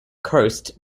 coast